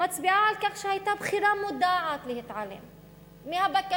מצביעה על כך שהיתה בחירה מודעת להתעלם מהבקשה,